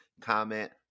comment